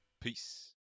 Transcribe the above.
peace